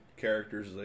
characters